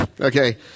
okay